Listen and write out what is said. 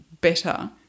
better